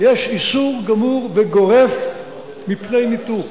יש איסור גמור וגורף על ניתוק.